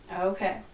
Okay